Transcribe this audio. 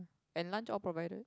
and lunch all provided